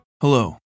Hello